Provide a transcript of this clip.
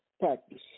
practice